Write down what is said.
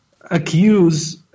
accuse